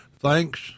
Thanks